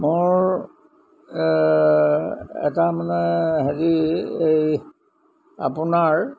মোৰ এটা মানে হেৰি এই আপোনাৰ